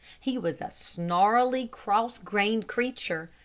he was a snarly, cross-grained creature,